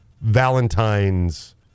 Valentine's